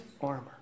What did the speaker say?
armor